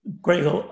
Great